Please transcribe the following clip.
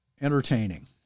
entertaining